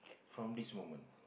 from this moment